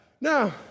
Now